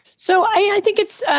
so i think it's, ah